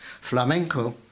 flamenco